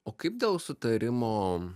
o kaip dėl sutarimo